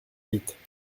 huit